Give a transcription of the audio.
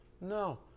No